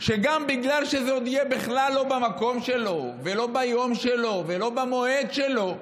שגם בגלל שזה עוד יהיה בכלל לא במקום שלו ולא ביום שלו ולא במועד שלו,